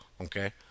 okay